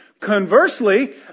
Conversely